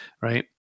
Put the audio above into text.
right